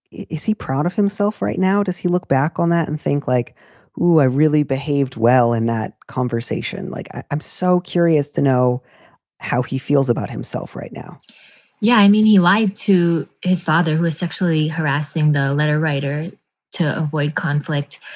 is he proud of himself right now? does he look back on that and think like who? i really behaved well in that conversation. like. i'm so curious to know how he feels about himself right now yeah. i mean, he lied to his father, who is sexually harassing the letter writer to avoid conflict.